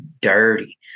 dirty